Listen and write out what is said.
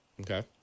Okay